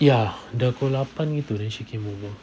ya dah pukul lapan gitu then she came over